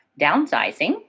downsizing